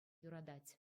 юратать